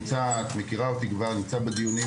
את מכירה אותי כבר ואת יודעת שאני תמיד נמצא בדיונים,